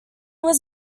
was